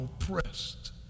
oppressed